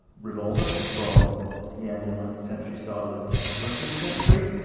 revolver from the end of the nineteenth century, start of the twentieth century.